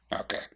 Okay